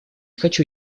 хочу